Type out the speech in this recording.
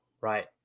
right